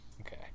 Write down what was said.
okay